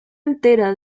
entera